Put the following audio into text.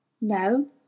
No